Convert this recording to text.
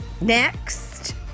next